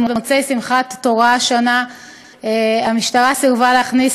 במוצאי שמחת תורה השנה המשטרה סירבה להכניס